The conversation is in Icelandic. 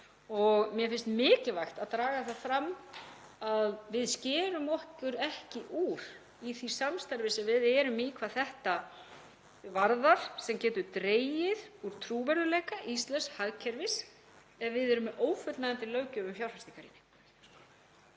Mér finnst mikilvægt og vil draga það fram að við skerum okkur ekki úr í því samstarfi sem við erum í hvað þetta varðar því það getur dregið úr trúverðugleika íslensks hagkerfis ef við erum með ófullnægjandi löggjöf um fjárfestingarýni.